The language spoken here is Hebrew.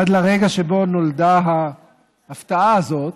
עד לרגע שבו נולדה ההפתעה הזאת,